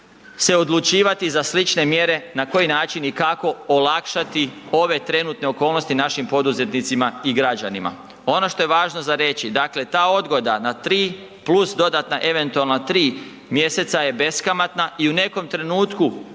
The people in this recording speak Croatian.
se odlučivati za slične mjere na koji način i kako olakšati ove trenutne okolnosti našim poduzetnicima i građanima. Ono što je važno za reći, dakle ta odgoda na 3 + dodatna eventualna 3 mjeseca je beskamatna i u nekom trenutku